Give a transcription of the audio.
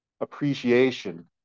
appreciation